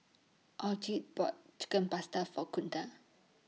Alcide bought Chicken Pasta For Kunta